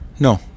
No